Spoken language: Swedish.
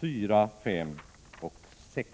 4, 5 och 6.